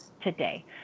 today